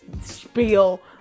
spiel